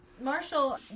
Marshall